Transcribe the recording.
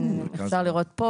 הנה, אפשר לראות פה.